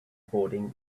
boarding